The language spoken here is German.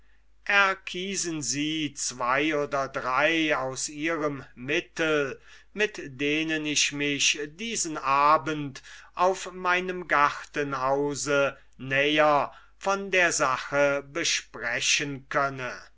erkiesen sie zwei oder drei aus ihrem mittel mit denen ich mich diesen abend auf meinem gartenhause näher von der sache besprechen könne